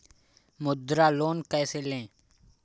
मुद्रा लोन कैसे ले?